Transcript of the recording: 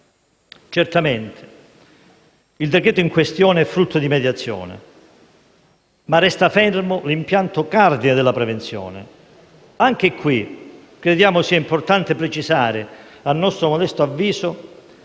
Certamente, il decreto-legge in questione è frutto di mediazione, ma resta fermo l'impianto cardine della prevenzione. Crediamo sia importante precisare, a nostro modesto avviso,